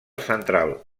central